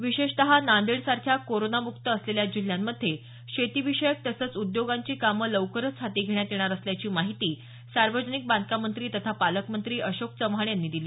विशेषतः नांदेड सारख्या कोरोनामुक्त असलेल्या जिल्ह्यांमध्ये शेतीविषयक उद्योगांची कामं लवकरच हाती घेण्यात येणार असल्याची माहिती सार्वजनिक बांधकाम मंत्री तथा पालकमंत्री अशोक चव्हाण यांनी दिली